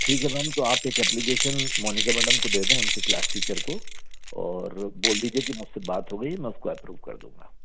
ठीक है मैम तो आप एक एप्लिगेसन मोनिका मैडम को दे दें उनके क्लास टीचर को और बोल दीजिए कि मुझ से बात हो गई है मैं अप्रूफ कर दूँगा